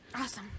Awesome